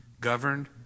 Governed